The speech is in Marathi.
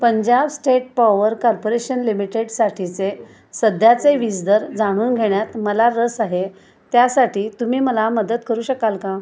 पंजाब स्टेट पॉवर कॉर्पोरेशन लिमिटेडसाठीचे सध्याचे वीज दर जाणून घेण्यात मला रस आहे त्यासाठी तुम्ही मला मदत करू शकाल का